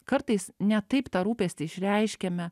kartais ne taip tą rūpestį išreiškiame